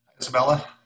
Isabella